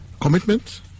commitment